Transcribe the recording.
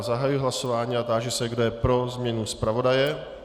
Zahajuji hlasování a táži se, kdo je pro změnu zpravodaje.